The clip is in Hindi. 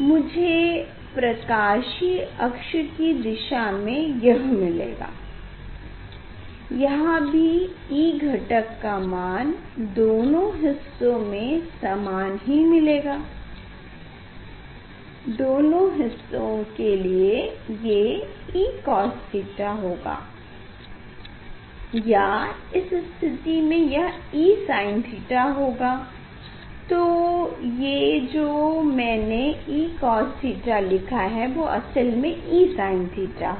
मुझे प्रकाशीय अक्ष की दिशा में यह मिलेगा यहाँ भी E घटक का मान दोनों हिस्सों में समान ही मिलेगा दोनों हिस्सों के लिए ये ECos𝜃 होगा या इस स्थिति में यह ESin𝜃 होगा तो ये जो मैने ECos𝜃 लिखा है वो असल में ESin𝜃 होगा